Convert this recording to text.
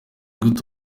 gute